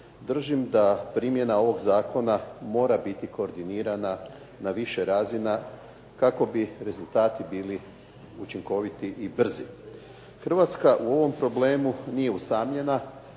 držim da primjena ovog zakona mora biti koordinirana na više razina kako bi rezultati bili učinkoviti i brzi. Hrvatska u ovom problemu nije usamljena